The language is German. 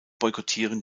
boykottieren